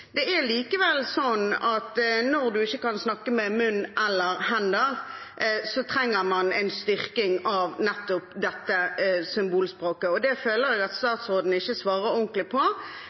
Det er likevel slik at når man ikke kan snakke med munn eller hender, trenger man en styrking av nettopp dette symbolspråket, og det føler jeg at statsråden ikke svarer ordentlig på.